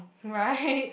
right